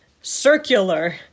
circular